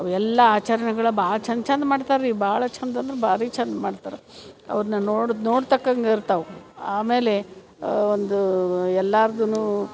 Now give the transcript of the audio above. ಅವು ಎಲ್ಲ ಆಚರಣೆಗಳು ಭಾಳ ಚಂದ ಚಂದ ಮಾಡ್ತಾರೆ ರೀ ಭಾಳ ಚಂದ ಅಂದ್ರೆ ಭಾರಿ ಚಂದ ಮಾಡ್ತಾರೆ ಅವ್ರನ್ನ ನೋಡ್ದ್ ನೋಡ ತಕ್ಕಂಗೆ ಇರ್ತವೆ ಆಮೇಲೆ ಒಂದು ಎಲ್ಲಾರ್ದೂ